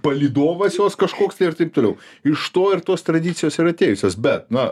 palydovas jos kažkoks tai ir taip toliau iš to ir tos tradicijos ir atėjusios bet na